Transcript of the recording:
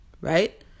right